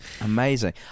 Amazing